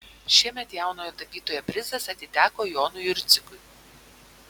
šiemet jaunojo tapytojo prizas atiteko jonui jurcikui